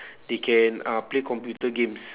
they can uh play computer games